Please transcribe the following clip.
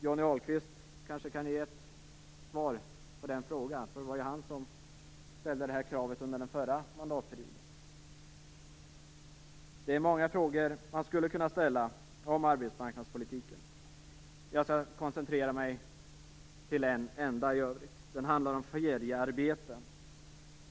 Johnny Ahlqvist kanske kan ge ett svar på den frågan - det var han som ställde det här kravet under den förra mandatperioden. Det är många frågor man skulle kunna ställa om arbetsmarknadspolitiken. Jag skall koncentrera mig på en enda. Den handlar om feriearbete.